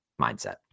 Mindset